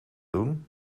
doen